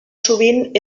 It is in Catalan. sovint